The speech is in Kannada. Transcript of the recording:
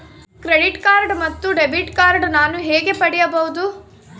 ಕ್ರೆಡಿಟ್ ಕಾರ್ಡ್ ಮತ್ತು ಡೆಬಿಟ್ ಕಾರ್ಡ್ ನಾನು ಹೇಗೆ ಪಡೆಯಬಹುದು?